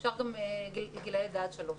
ואפשר גם לגילי לידה עד שלוש.